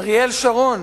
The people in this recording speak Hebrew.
אריאל שרון